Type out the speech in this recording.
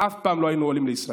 אף פעם לא היינו עולים לישראל.